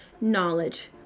knowledge